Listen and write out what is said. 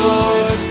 Lord